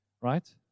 Right